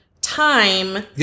time